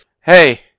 hey